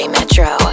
Metro